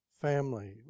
family